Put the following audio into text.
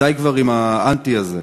די כבר עם האנטי הזה.